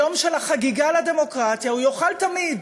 היום של חגיגת הדמוקרטיה, הוא יוכל תמיד